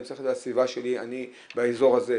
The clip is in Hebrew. אני צריך את זה לסביבה שלי באזור הזה.